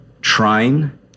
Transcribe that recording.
trying